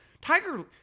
Tiger